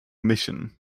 mission